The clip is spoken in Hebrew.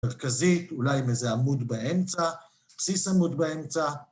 מרכזית, אולי עם איזה עמוד באמצע, בסיס עמוד באמצע.